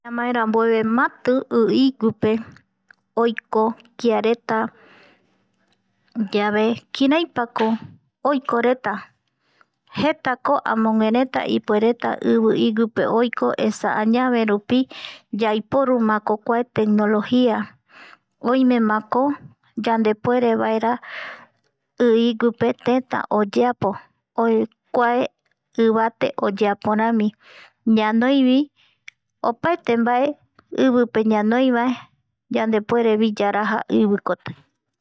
Ñamaerambueve mati i iguipe oiko kiareta yave kiraipako oiko reta jetako amogueretaipuereta ivi iguirupi oiko yaiporumakokua tecnología oimemakoyandepuerevaera i iguipe teta ipuere oyeapo kuae ivate oyeapo rami ñanoivi opaete mbae ivipe ñanoivae yandepuerevi yaraja ivikoti